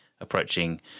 approaching